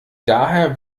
daher